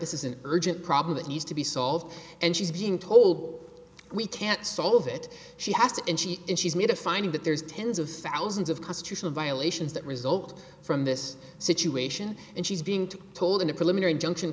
this is an urgent problem that needs to be solved and she's being told we can't solve it she has to and she and she's made a finding that there's tens of thousands of constitutional violations that result from this situation and she's being told in a preliminary injunction